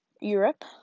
Europe